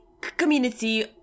community